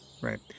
right